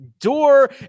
door